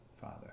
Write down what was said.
Father